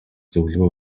зөвлөгөө